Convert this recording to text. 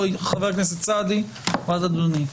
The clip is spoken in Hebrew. חבר הכנסת סעדי ואז אדוני.